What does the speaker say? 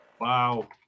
Wow